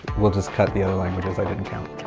we'll just cut the other languages i didn't count.